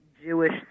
jewish